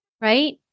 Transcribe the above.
right